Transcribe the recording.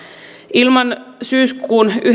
ilman syyskuun